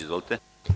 Izvolite.